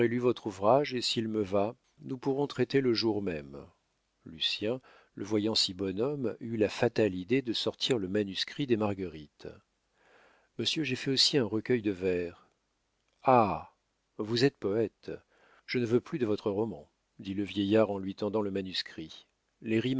votre ouvrage et s'il me va nous pourrons traiter le jour même lucien le voyant si bonhomme eut la fatale idée de sortir le manuscrit des marguerites monsieur j'ai fait aussi un recueil de vers ah vous êtes poète je ne veux plus de votre roman dit le vieillard en lui tendant le manuscrit